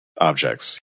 objects